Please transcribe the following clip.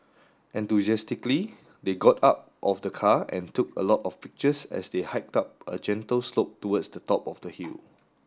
enthusiastically they got out of the car and took a lot of pictures as they hiked up a gentle slope towards the top of the hill